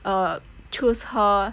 err choose her